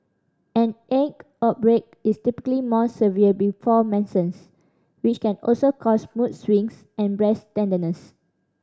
an acne outbreak is typically more severe before menses which can also cause mood swings and breast tenderness